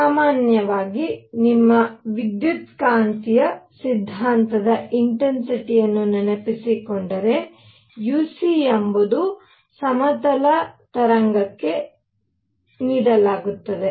ಸಾಮಾನ್ಯವಾಗಿ ನಿಮ್ಮ ವಿದ್ಯುತ್ಕಾಂತೀಯ ಸಿದ್ಧಾಂತದ ಇನ್ಟೆನ್ಸಿಟಿಯನ್ನು ನೆನಪಿಸಿಕೊಂಡಿದ್ದರೆ uc ಎಂಬುದನ್ನು ಸಮತಲ ತರಂಗಕ್ಕೆ ನೀಡಲಾಗುತ್ತದೆ